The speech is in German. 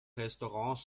restaurants